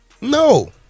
No